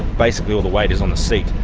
basically all the weight is on the seat.